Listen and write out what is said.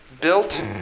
built